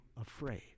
afraid